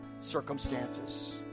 circumstances